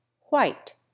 White